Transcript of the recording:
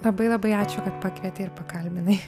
labai labai ačiū kad pakvietei ir pakalbinai